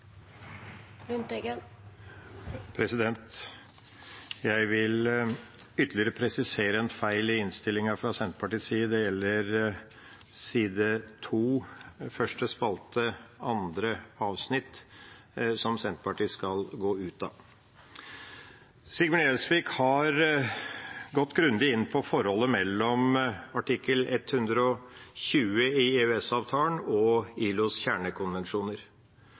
Jeg vil presisere ytterligere en feil i innstillinga, fra Senterpartiets side. Det gjelder side 2, første spalte, andre avsnitt, som Senterpartiet skal gå ut av. Representanten Sigbjørn Gjelsvik har gått grundig inn på forholdet mellom artikkel 120 i EØS-avtalen og ILOs kjernekonvensjoner.